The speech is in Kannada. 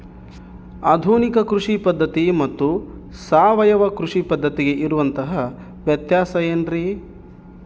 ಆಧುನಿಕ ಕೃಷಿ ಪದ್ಧತಿ ಮತ್ತು ಸಾವಯವ ಕೃಷಿ ಪದ್ಧತಿಗೆ ಇರುವಂತಂಹ ವ್ಯತ್ಯಾಸ ಏನ್ರಿ?